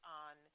on